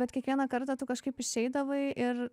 bet kiekvieną kartą tu kažkaip išeidavai ir